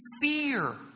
fear